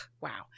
wow